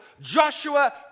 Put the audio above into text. Joshua